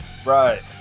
right